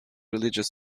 religious